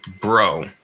Bro